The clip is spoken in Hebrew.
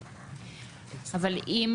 אבל משרד הביטחון,